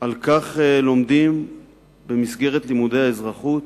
על כך לומדים במסגרת לימודי האזרחות,